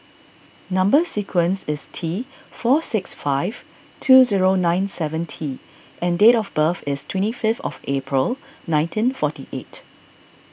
Number Sequence is T four six five two zero nine seven T and date of birth is twenty fifth of April nineteen forty eight